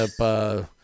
up –